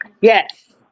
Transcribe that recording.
Yes